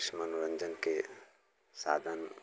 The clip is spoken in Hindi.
कुछ मनोरंजन के साधन